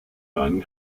kleinen